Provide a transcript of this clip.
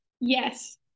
Yes